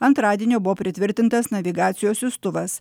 antradienio buvo pritvirtintas navigacijos siųstuvas